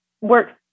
works